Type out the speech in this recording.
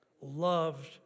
Loved